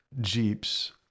jeeps